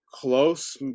Close